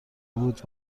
بود